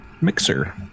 Mixer